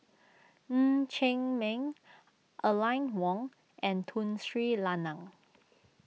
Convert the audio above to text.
Ng Chee Meng Aline Wong and Tun Sri Lanang